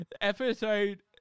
Episode